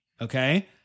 okay